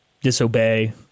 disobey